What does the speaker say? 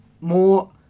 more